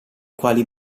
quali